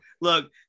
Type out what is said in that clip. look